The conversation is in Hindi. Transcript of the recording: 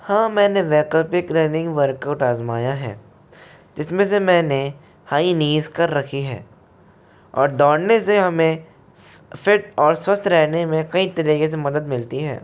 हाँ मैंने वैकल्पिक रनिंग वर्कआउट आज़माया है जिसमें से मैंने हाई निज कर रखी है और दौड़ने से हमें फी फिट और स्वस्थ रहने में कई तरीके से मदद मिलती है